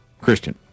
Christian